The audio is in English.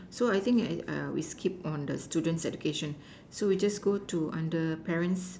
so I think we skip on the student's education so we just go to under parents